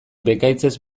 bekaitzez